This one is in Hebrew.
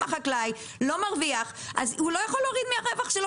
אם החקלאי לא מרוויח אז הוא לא יכול להוריד מהרווח שלו